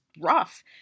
rough